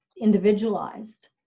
individualized